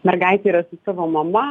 mergaitė yra su savo mama